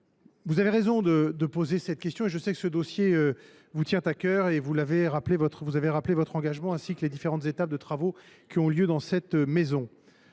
vous avez raison de poser cette question. Je sais que ce dossier vous tient à cœur. Vous avez rappelé votre engagement, ainsi que les différentes étapes des travaux menés au Sénat. Les tensions